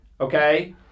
Okay